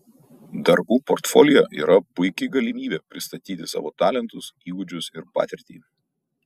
darbų portfolio yra puiki galimybė pristatyti savo talentus įgūdžius ir patirtį